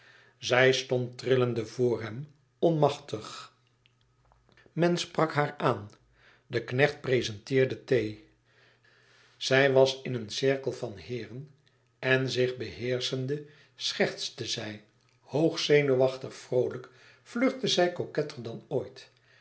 zij stond trillende voor hem onmachtig men sprak haar aan de knecht prezenteerde thee zij was in een cirkel van heeren en zich beheerschende schertste zij hoog zenuwachtig vroolijk flirtte zij coquetter dan ooit